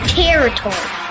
territory